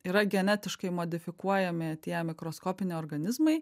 yra genetiškai modifikuojami tie mikroskopiniai organizmai